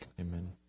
Amen